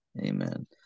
Amen